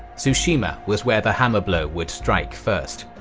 tsushima was where the hammer blow would strike first.